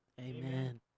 Amen